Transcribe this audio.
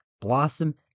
blossom